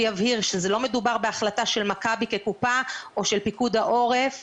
שיבהיר שזה לא מדובר בהחלטה של מכבי כקופה או של פיקוד העורף,